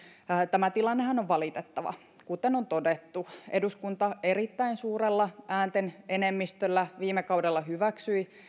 tämä tilannehan on valitettava kuten on todettu eduskunta erittäin suurella äänten enemmistöllä viime kaudella hyväksyi